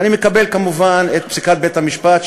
ואני מקבל כמובן את פסיקת בית-המשפט,